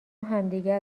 همدیگه